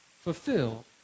fulfill